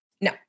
No